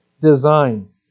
design